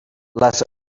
les